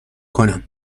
کنم